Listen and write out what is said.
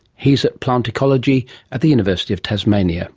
he's at plant ecology at the university of tasmania